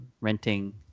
renting